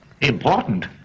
Important